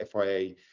FIA